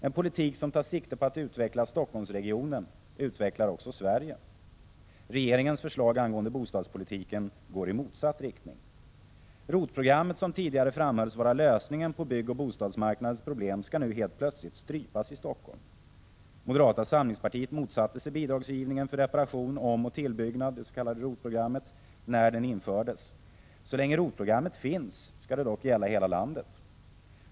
En politik som tar sikte på att utveckla Stockholmsregionen, utvecklar också Sverige. Prot. 1986/87:50 Regeringens förslag angående bostadspolitiken går i motsatt riktning. 16 december 1986 ROT-programmet, som tidigare framhölls vara lösningen på bygg Och = JF. oc omer or, bostadsmarknadens problem, skall nu helt plötsligt strypas i Stockholm. Moderata samlingspartiet motsatte sig bidragsgivningen för reparation, omoch tillbyggnad, det s.k. ROT-programmet, när det infördes. Så länge ROT-programmet finns skall det dock gälla hela landet.